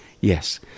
yes